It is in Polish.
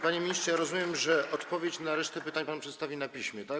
Panie ministrze, rozumiem, że odpowiedź na resztę pytań pan przedstawi na piśmie, tak?